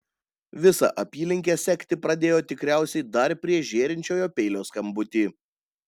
visą apylinkę sekti pradėjo tikriausiai dar prieš žėrinčiojo peilio skambutį